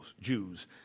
Jews